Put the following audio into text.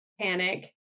panic